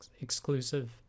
exclusive